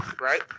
Right